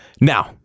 Now